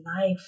life